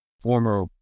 former